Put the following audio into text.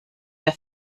der